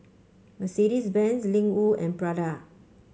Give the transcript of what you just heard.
Mercedes Benz Ling Wu and Prada